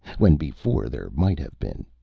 when before there might have been.